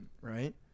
right